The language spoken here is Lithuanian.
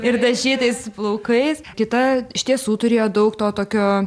ir dažytais plaukais kita iš tiesų turėjo daug to tokio